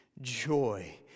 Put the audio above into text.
joy